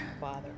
Father